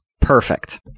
Perfect